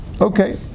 Okay